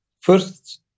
first